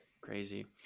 crazy